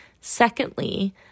Secondly